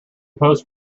post